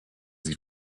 sie